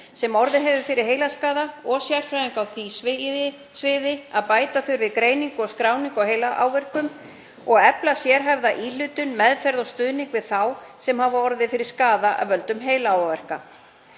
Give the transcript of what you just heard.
sem orðið hefur fyrir heilaskaða og sérfræðinga á því sviði um að bæta þurfi greiningu og skráningu á heilaáverkum og efla sérhæfða íhlutun, meðferð og stuðning við þá sem hafa orðið fyrir skaða af völdum heilaáverka.